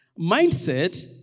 Mindset